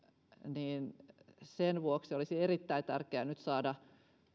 niin sen vuoksi olisi erittäin tärkeää saada